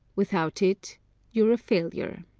without it you are a failure.